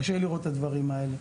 קשה לי לראות את הדברים האלה.